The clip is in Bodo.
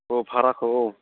अ भाराखौ औ